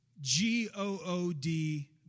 G-O-O-D